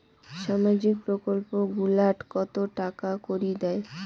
সামাজিক প্রকল্প গুলাট কত টাকা করি দেয়?